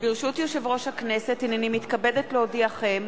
ברשות יושב-ראש הכנסת, הנני מתכבדת להודיעכם,